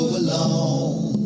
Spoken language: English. alone